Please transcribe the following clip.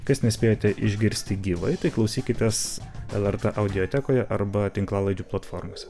kas nespėjote išgirsti gyvai tai klausykitės lrt audiotekoje arba tinklalaidžių platformose